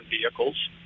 vehicles